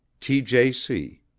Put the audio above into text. tjc